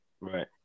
right